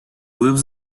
lives